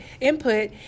input